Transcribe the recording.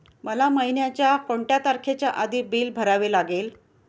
मला महिन्याचा कोणत्या तारखेच्या आधी बिल भरावे लागेल?